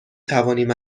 توانیم